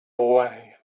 away